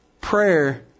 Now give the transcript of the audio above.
Prayer